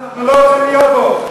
לכן אנחנו לא רוצים להיות פה.